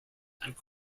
and